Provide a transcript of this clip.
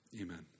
Amen